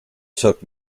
took